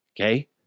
Okay